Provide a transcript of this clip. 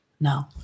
No